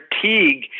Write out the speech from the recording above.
fatigue